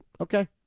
Okay